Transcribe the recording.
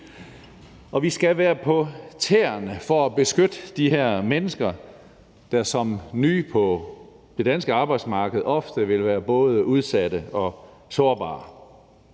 Og vi skal være på tæerne for at beskytte de her mennesker, der som nye på det danske arbejdsmarked ofte vil være både udsatte og sårbare.